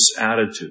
attitude